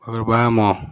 ବାମ